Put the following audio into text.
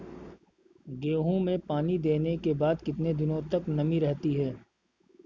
गेहूँ में पानी देने के बाद कितने दिनो तक नमी रहती है?